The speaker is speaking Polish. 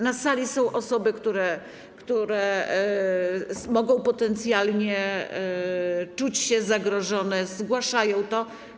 Na sali są osoby, które mogą potencjalnie czuć się zagrożone, zgłaszają to.